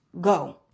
go